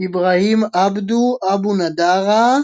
إبراهيم عبده, أبو نظارة